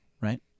right